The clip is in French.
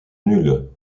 nul